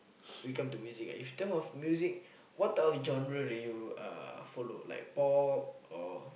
we come to music right in term of music what type of genre do you uh follow like pop or